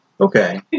Okay